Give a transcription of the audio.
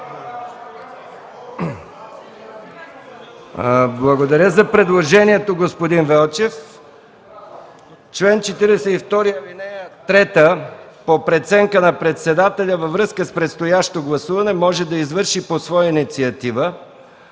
Благодаря за предложението, господин Велчев. Член 42, ал. 3: „По преценка председателят във връзка с предстоящо гласуване може да извърши по своя инициатива